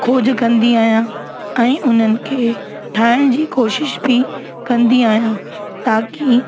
खोज कंदी आयां ऐं उनन खे ठायण जी कोशिश बि कंदी आहियां ताकी